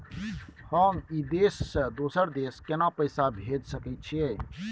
हम ई देश से दोसर देश केना पैसा भेज सके छिए?